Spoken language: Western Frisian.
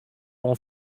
oan